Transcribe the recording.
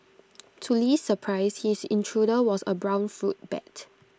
to Li's surprise his intruder was A brown fruit bat